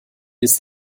ist